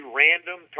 random